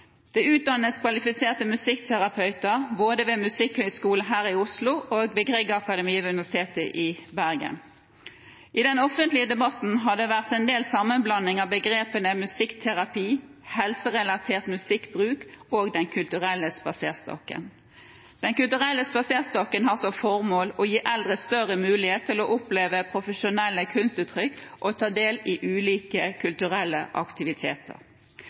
Det utdannes kvalifiserte musikkterapeuter både ved Norges musikkhøgskole her i Oslo og ved Griegakademiet ved Universitet i Bergen. I den offentlige debatten har det vært en del sammenblanding av begrepene «musikkterapi», «helserelatert musikkbruk» og «Den kulturelle spaserstokken». Den kulturelle spaserstokken har som formål å gi eldre større mulighet til å oppleve profesjonelle kunstuttrykk og ta del i ulike kulturelle aktiviteter.